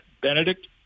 Benedict